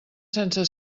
sense